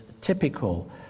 typical